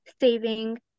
saving